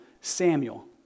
Samuel